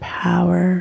power